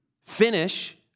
finish